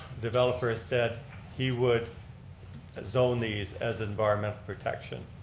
developer said he would zone these as environment protection.